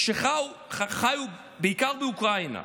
שחיו בעיקר באוקראינה,